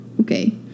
Okay